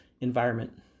environment